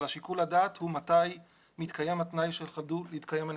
אבל שיקול הדעת הוא מתי מתקיים התנאי שחדלו להתקיים הנסיבות.